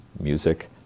music